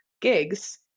gigs